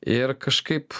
ir kažkaip